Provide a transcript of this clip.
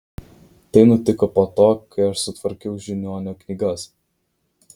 tai nutiko po to kai aš sutvarkiau žiniuonio knygas